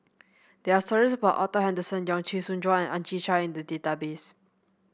there are stories about Arthur Henderson Young Chee Soon Juan Ang Chwee Chai in the database